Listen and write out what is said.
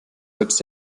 selbst